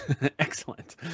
Excellent